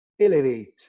elevate